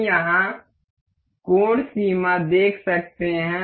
हम यहाँ कोण सीमा देख सकते हैं